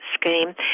scheme